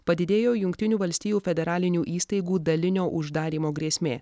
padidėjo jungtinių valstijų federalinių įstaigų dalinio uždarymo grėsmė